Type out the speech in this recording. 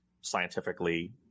scientifically